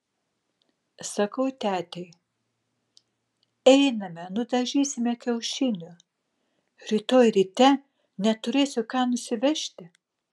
sakau tetei einame nudažysime kiaušinių rytoj ryte neturėsiu ką nusivežti